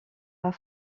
pas